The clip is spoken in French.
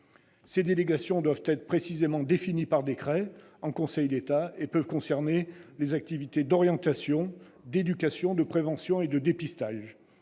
Ces délégations doivent être précisément définies par décret en Conseil d'État et peuvent concerner les activités d'orientation, d'éducation, de prévention ou de dépistage